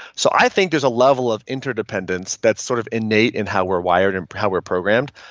so i think there's a level of interdependence that's sort of innate in how we're wired and how we're programmed.